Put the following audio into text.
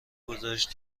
گذاشت